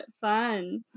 Fun